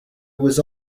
was